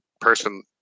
person